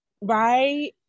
right